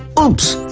oops,